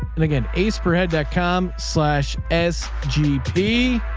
and again, ace per head dot com slash as gp.